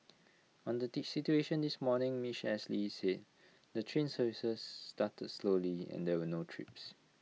on the situation this morning miss Ashley said the train services started slowly and there were no trips